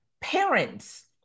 Parents